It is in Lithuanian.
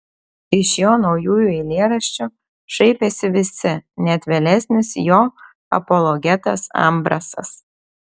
iš jo naujųjų eilėraščių šaipėsi visi net vėlesnis jo apologetas ambrasas